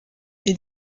est